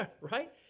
right